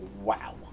wow